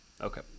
Okay